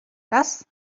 das